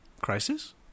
Crisis